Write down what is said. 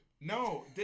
No